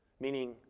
meaning